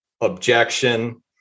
objection